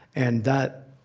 and that,